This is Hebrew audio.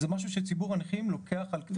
זה משהו שציבור הנכים לוקח על כתפיו.